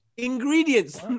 Ingredients